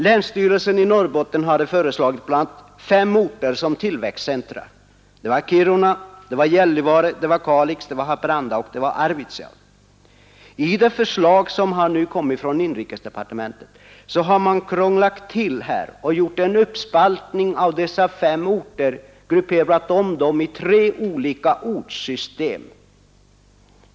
Länsstyrelsen i Norrbotten har bl.a. föreslagit fem orter som tillväxtcentra: Kiruna, Gällivare, Kalix, Haparanda och Arvidsjaur. I det förslag som nu har lagts fram av inrikesdepartementet har man krånglat till detta. Man har gjort en uppspaltning av dessa fem orter och grupperat om dem i tre olika ortssystem.